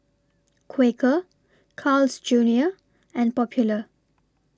Quaker Carl's Junior and Popular